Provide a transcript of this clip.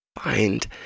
Find